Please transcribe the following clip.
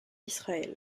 israël